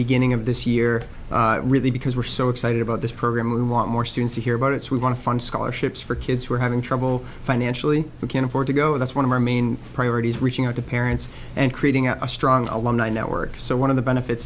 beginning of this year really because we're so excited about this program we want more students to hear about it's we want to fund scholarships for kids who are having trouble financially who can't afford to go that's one of our main priorities reaching out to parents and creating a strong alumni network so one of the benefits